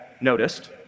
noticed